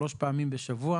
שלוש פעמים בשבוע,